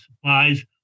supplies